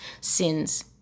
sins